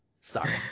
Sorry